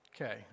Okay